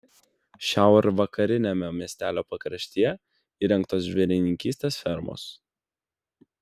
šiaurvakariniame miestelio pakraštyje įrengtos žvėrininkystės fermos